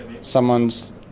someone's